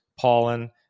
pollen